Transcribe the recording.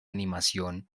animación